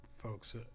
folks